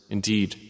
Indeed